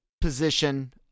position